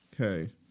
okay